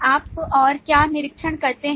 आप और क्या निरीक्षण करते हैं